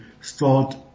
start